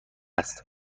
است